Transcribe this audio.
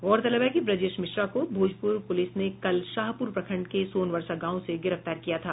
गौरतलब है कि ब्रजेश मिश्रा को भोजपुर पुलिस ने कल शाहपुर प्रखंड के सोनवर्षा गांव से गिरफ्तार किया था